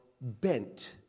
bent